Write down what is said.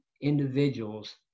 individuals